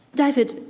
david,